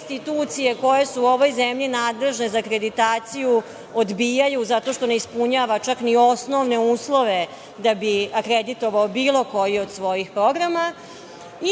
institucije koje su u ovoj zemlji nadležne za akreditaciju odbijaju zato što ne ispunjava čak ni osnovne uslove da bi akreditovao bilo koji od svojih programa.